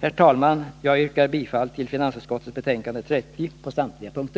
Herr talman! Jag yrkar bifall till hemställan i finansutskottets betänkande 30 på samtliga punkter.